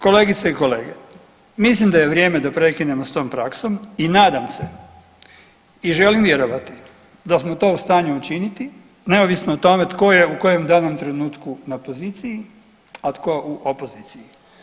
Kolegice i kolege, mislim da je vrijeme da prekinemo s tom praksom i nadam se i želim vjerovati da smo to u stanju učiniti neovisno o tome tko je u kojem danom trenutku na poziciji, a tko u opoziciji.